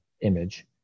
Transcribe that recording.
image